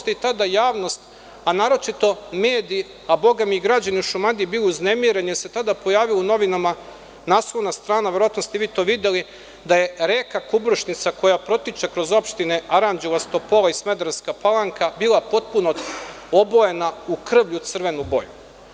Tada je javnost, a naročito mediji, a Boga mi, i građani u Šumadiji bili uznemireni jer se tada pojavilo u novinama naslovna strana, verovatno ste i vi to videli, da je reka Kubršnica, koja protiče kroz opštine Aranđelovac, Topola i Smederevska Palanka, bila potpuno obojena u krvlju crvenu boju.